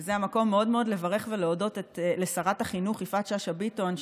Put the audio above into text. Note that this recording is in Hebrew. וזה המקום מאוד מאוד לברך ולהודות לשרת החינוך יפעת שאשא ביטון,